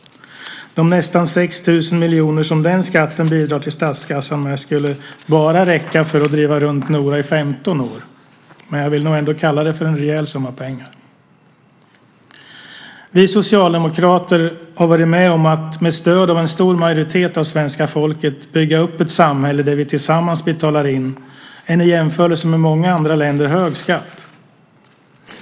De nästan 6 000 miljoner som den skatten bidrar till statskassan med skulle "bara" räcka för att driva runt Nora i 15 år, men jag vill nog ändå kalla det för en rejäl summa pengar. Vi socialdemokrater har varit med om att med stöd av en stor majoritet av svenska folket bygga upp ett samhälle där vi tillsammans betalar in en i jämförelse med många andra länder hög skatt.